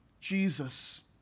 Jesus